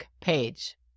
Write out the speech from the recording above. page